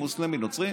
מוסלמי או נוצרי?